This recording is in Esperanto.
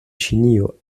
ĉinio